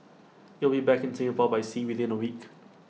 IT will be back in Singapore by sea within A week